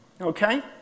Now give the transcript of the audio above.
Okay